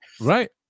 right